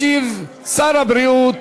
ישיב שר הבריאות